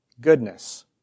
goodness